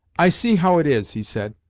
i see how it is, he said.